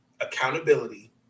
accountability